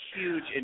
huge